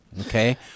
okay